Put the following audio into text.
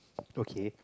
okay